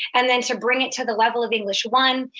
and then to bring it to the level of english one,